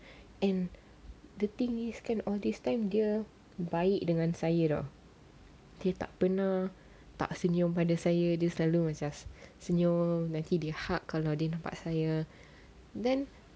and the thing is kan all this time dia baik dengan saya [tau] dia tak pernah tak senyum pada saya dia selalu macam senyum nanti dia hug kalau nampak saya